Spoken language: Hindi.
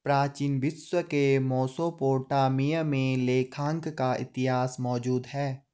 प्राचीन विश्व के मेसोपोटामिया में लेखांकन का इतिहास मौजूद है